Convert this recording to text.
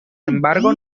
embargo